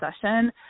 session